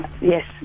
yes